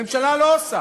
הממשלה לא עושה,